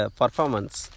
performance